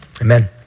Amen